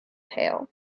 pail